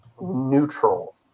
neutral –